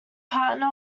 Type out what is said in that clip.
partner